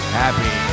happy